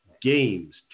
games